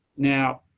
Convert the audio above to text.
now,